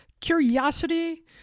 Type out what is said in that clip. curiosity